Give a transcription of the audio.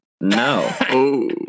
No